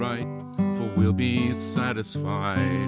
right we'll be satisf